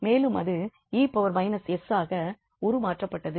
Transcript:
மேலும் அது 𝑒−𝑠ஆக உருமாற்றப்பட்டது